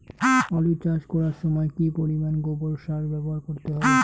আলু চাষ করার সময় কি পরিমাণ গোবর সার ব্যবহার করতে হবে?